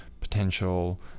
potential